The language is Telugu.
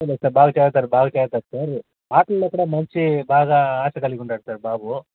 అదేంలే సార్ బాగ చదువుతాడు బాగా చదువుతాడు సార్ ఆటల్లో కూడా మంచి బాగా ఆట కలిగి ఉన్నాడు సార్ బాబు